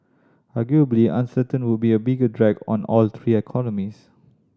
arguably uncertainty would be a bigger drag on all three economies